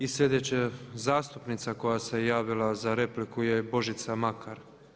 I sljedeća zastupnica koja se javila za repliku je Božica Makar.